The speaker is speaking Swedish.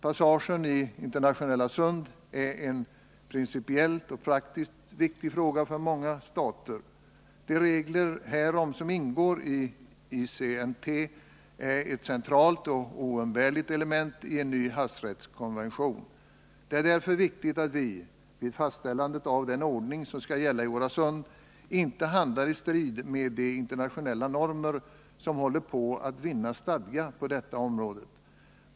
Passager i internationella sund är en principiellt och praktiskt viktig fråga för många stater. De regler härom som finns i ICNT utgör ett centralt och oumbärligt element i en ny havsrättskonvention. Det är därför viktigt att vi — vid fastställandet av den ordning som skall gälla i våra sund — inte handlar i strid med de internationella normer som håller på att vinna stadga på detta område.